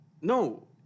No